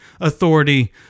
authority